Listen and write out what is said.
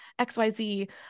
XYZ